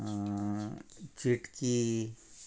चिटकी